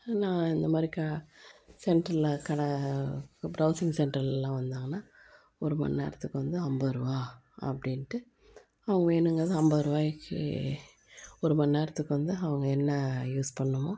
இந்தமாதிரி சென்ட்ரில் கடை ப்ரவுசிங் சென்டருலலாம் வந்தாங்கனா ஒரு மணி நேரத்துக்கு வந்து ஐம்பது ரூபா அப்படின்ட்டு அவங்க வேணுங்கிறது ஐம்பது ரூபாய்க்கு ஒரு மணி நேரத்துக்கு வந்து அவங்க என்ன யூஸ் பண்ணுமோ